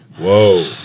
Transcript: Whoa